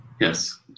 Yes